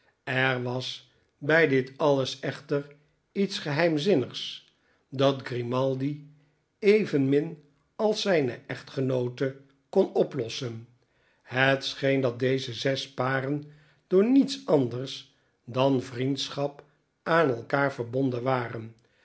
er was bij dit alles echter iets geheimzinnigs dat grimaldi evenmin als zijne echtgenoote kon oplossen het scheen dat deze zes paren door niets anders dan vriendschap aan elkander verbonden waren